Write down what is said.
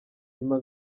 nyuma